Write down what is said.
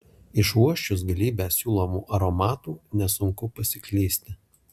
išuosčius galybę siūlomų aromatų nesunku pasiklysti